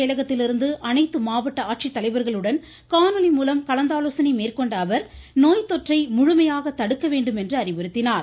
செயலகத்தில் இருந்து சென்னை தலைமை ஆட்சித்தலைவர்கள் உடன் காணொலி மூலம் கலந்தாலோசனை மேற்கொண்ட அவர் நோய்தொற்றை முழுமையாக தடுக்க வேண்டும் என்று அறிவுறுத்தினார்